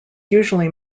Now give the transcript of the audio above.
usually